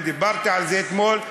ודיברתי על זה אתמול,